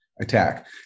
attack